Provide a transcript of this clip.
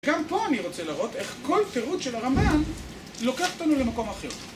גם פה אני רוצה לראות איך כל פירוט של הרמב״ם לוקח אותנו למקום אחר.